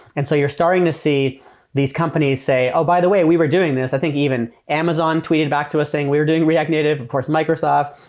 and so you're starting to see these companies say, oh, by the way, we were doing this. i think amazon tweeted back to us saying we are doing react native. of course, microsoft.